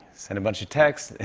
sent a bunch of texts.